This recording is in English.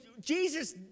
Jesus